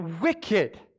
wicked